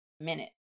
minute